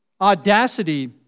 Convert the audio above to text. audacity